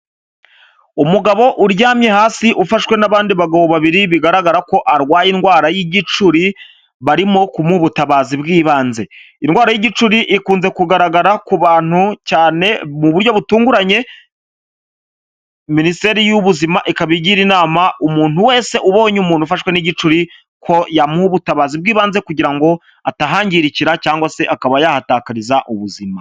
Umugabo uryamye hasi ufashwe n'abandi bagabo babiri bigaragara ko arwaye indwara y'igicuri, barimo kumuha ubutabazi bw'ibanze, indwara y'igicuri ikunze kugaragara ku bantu cyane mu buryo butunguranye, minisiteri y'ubuzima ikaba igira inama umuntu wese ubonye umuntu ufashwe n'igicuri ko yamuha ubutabazi bw'ibanze kugira ngo atahangirikira cyangwa se akaba yatakariza ubuzima.